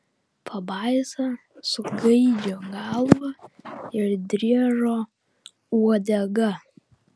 pabaisa su gaidžio galva ir driežo uodega